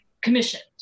commissioned